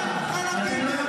של אנרכיה.